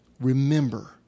remember